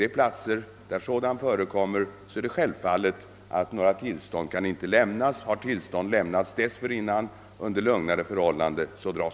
Om tillstånd till export har lämnats under lugna förhållanden men läget undergått försämring dras de omedelbart in.